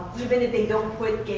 even if they don't put, gay,